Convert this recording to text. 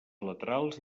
laterals